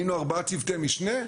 היינו ארבעה צוותי משנה,